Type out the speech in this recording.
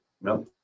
No